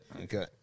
Okay